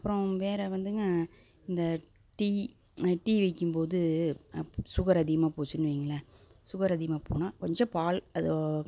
அப்புறம் வேறு வந்துங்க இந்த டீ டீ வைக்கும்போது அப் சுகர் அதிகமாக போச்சுன்னு வையுங்களேன் சுகர் அதிகமாக போனால் கொஞ்சம் பால் அதோ